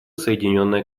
соединенное